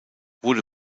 wurde